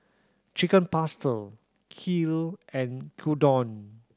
Chicken Pasta Kheer and Gyudon